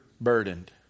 burdened